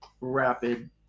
rapid